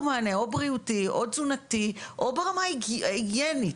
מענה בריאותי או תזונתי או ברמה ההיגיינית.